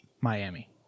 miami